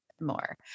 more